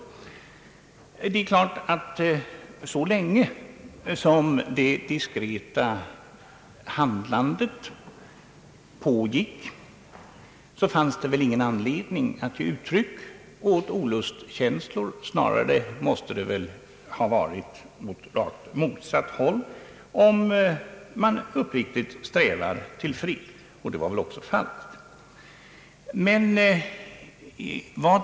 Det är klart att så länge som det diskreta handlandet pågick, fanns det ingen anledning att ge uttryck åt olustkänslor. Snarare måste det väl ha verkat åt motsatt håll att ge uttryck åt sådana om man uppriktigt strävat efter fred.